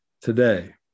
today